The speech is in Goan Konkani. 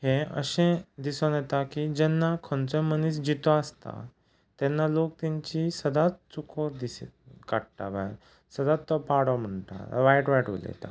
हें अशें दिसोन येता की जेन्ना खंयचोय मनीस जितो आसता तेन्ना लोका तेंची सदांच चुको दिस काडटा भायर सदांत तो पाडो म्हणटा वायट वायट उलयता